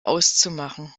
auszumachen